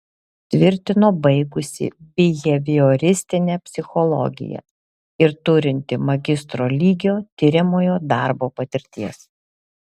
tvirtino baigusi bihevioristinę psichologiją ir turinti magistro lygio tiriamojo darbo patirties